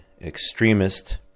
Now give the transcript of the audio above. extremist